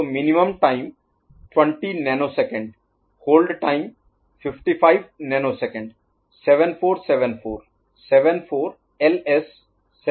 तो तो minimum time Minimum Time न्यूनतम समय 20 nanosecond hold time 55 nanosecond 7474 74LS74A के लिए